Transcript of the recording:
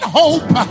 hope